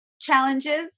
challenges